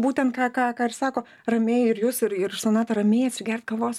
būtent ką ką sako ramiai ir jūs ir ir sonata ramiai atsigert kavos